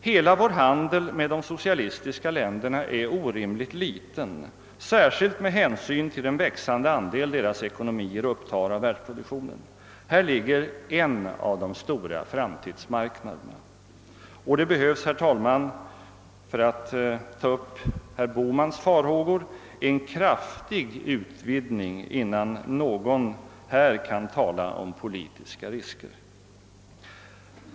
Hela vår handel med de socialistiska länderna är orimligt liten, särskilt med hänsyn till den växande andel deras ekonomier upptar av världsproduktionen. Här ligger en av de stora framtidsmarknaderna. Det behövs, herr talman — för att ta upp herr Bohmans farhågor — en kraftig utvidgning av vår handel på detta om råde innan någon kan tala om politiska risker.